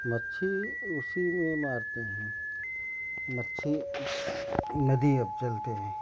मच्छी उसी में मारते हैं मछली नदी अब चलते हैं